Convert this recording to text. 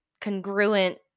congruent